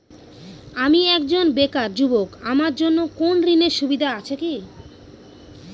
আমি একজন বেকার যুবক আমার জন্য কোন ঋণের সুবিধা আছে কি?